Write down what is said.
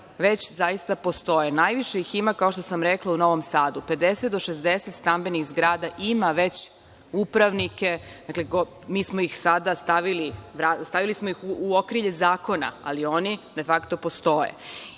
već postoje. Najviše ih ima, kao što sam rekla, u Novom Sadu, 50 do 60 stambenih zgrada ima već upravnike. Mi smo ih sada stavili u okrilje zakona, ali oni de fakto postoje.